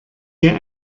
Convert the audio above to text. hier